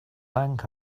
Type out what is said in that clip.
bank